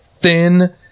thin